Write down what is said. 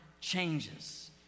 changes